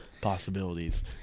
possibilities